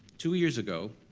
two years ago,